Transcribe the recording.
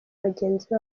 bagenzi